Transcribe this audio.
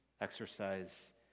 Exercise